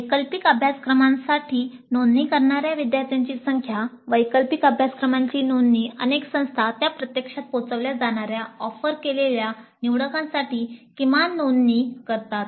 वैकल्पिक अभ्यासक्रमांसाठी नोंदणी करणाऱ्या विद्यार्थ्यांची संख्या वैकल्पिक अभ्यासक्रमांची नोंदणी अनेक संस्था त्या प्रत्यक्षात पोहचविल्या जाणाऱ्या ऑफर केलेल्या निवडकांसाठी किमान नोंदणी करतात